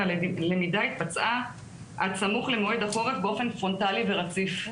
הלמידה התבצעה עד סמוך למועד החורף באופן פרונטלי ורציף.